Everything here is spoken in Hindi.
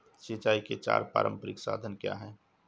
सिंचाई के चार पारंपरिक साधन क्या हैं?